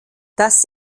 das